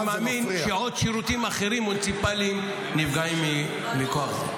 אני מאמין שעוד שירותים מוניציפליים נפגעים מכוח זה.